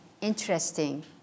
interesting